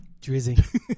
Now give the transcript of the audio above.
Drizzy